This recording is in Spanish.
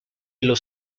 los